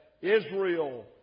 Israel